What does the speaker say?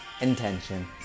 intention